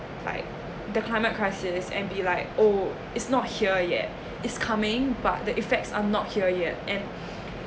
like the climate crisis and be like oh it's not here yet it's coming but the effects are not here yet and